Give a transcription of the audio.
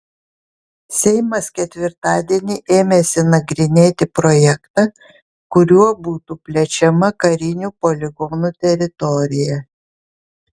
seimas ketvirtadieni ėmėsi nagrinėti projektą kuriuo būtų plečiama karinių poligonų teritorija